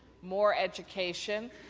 more education,